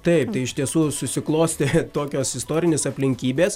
taip tai iš tiesų susiklostė tokios istorinės aplinkybės